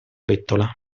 bettola